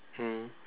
mm